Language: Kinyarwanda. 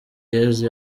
yezu